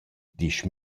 disch